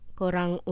korang